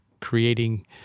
creating